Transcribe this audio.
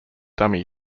dummy